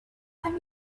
have